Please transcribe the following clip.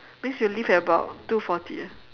means we'll leave at about two forty eh